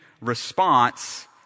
response